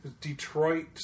Detroit